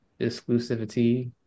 exclusivity